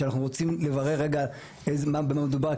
כשאנחנו רוצים לברר רגע במה מדובר,